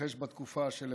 יתרחש בתקופה שלפנינו.